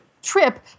trip